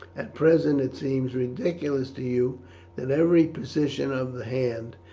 at present it seems ridiculous to you that every position of the hand,